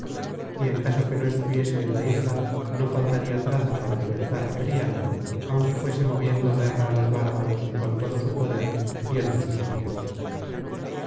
y en caso que no estuviese en la isla no faltaria traza para libertar á periandro aunque fuese moviendo guerra á los bárbaros con todo su poder y el de sus amigos